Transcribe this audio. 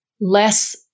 less